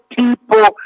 people